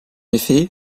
effet